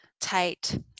Tight